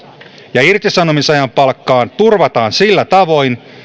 ja irtisanomisajan palkkaan turvataan sillä tavoin